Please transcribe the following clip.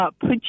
put